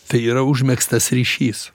tai yra užmegztas ryšys